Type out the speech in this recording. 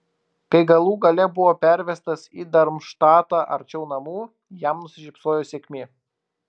kai galų gale buvo pervestas į darmštatą arčiau namų jam nusišypsojo sėkmė